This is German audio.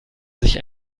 sich